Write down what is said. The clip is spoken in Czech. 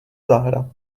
zahrad